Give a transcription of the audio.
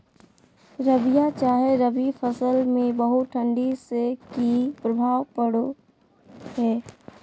रबिया चाहे रवि फसल में बहुत ठंडी से की प्रभाव पड़ो है?